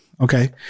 Okay